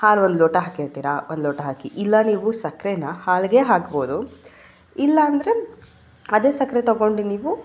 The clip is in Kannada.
ಹಾಲು ಒಂದು ಲೋಟ ಹಾಕಿರ್ತೀರಾ ಒಂದು ಲೋಟ ಹಾಕಿ ಇಲ್ಲ ನೀವು ಸಕ್ಕರೇನ ಹಾಲಿಗೆ ಹಾಕ್ಬೋದು ಇಲ್ಲಾಂದರೆ ಅದೇ ಸಕ್ಕರೆ ತಗೋಂಡು ನೀವು